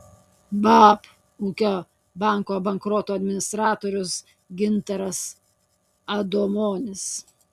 bab ūkio banko bankroto administratorius gintaras adomonis